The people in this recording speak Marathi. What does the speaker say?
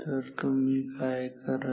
तर तुम्ही काय कराल